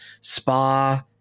Spa